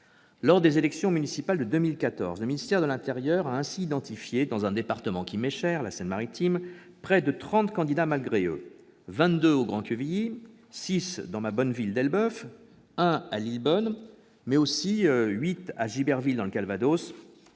Lors des élections municipales de 2014, le ministère de l'intérieur a ainsi identifié, dans un département qui m'est cher, la Seine-Maritime, près de trente candidats malgré eux- vingt-deux au Grand-Quevilly, six dans ma bonne ville, Elbeuf, un à Lillebonne -, mais aussi huit à Giberville, dans le Calvados,